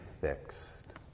fixed